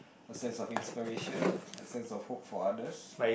a sense of inspiration a sense of hope for others